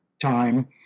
time